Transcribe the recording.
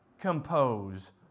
compose